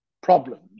problems